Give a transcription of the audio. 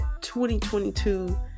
2022